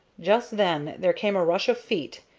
just then there came a rush of feet,